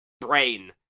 brain